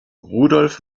rudolf